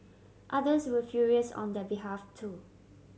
others were furious on their behalf too